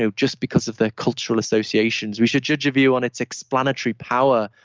so just because of the cultural associations we should judge a view on its explanatory power,